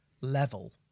level